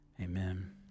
Amen